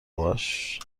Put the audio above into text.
باهاش